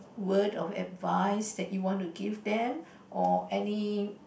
word or advice that you want to give them or any